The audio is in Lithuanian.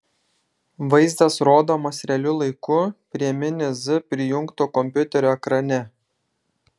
vaizdas rodomas realiu laiku prie mini z prijungto kompiuterio ekrane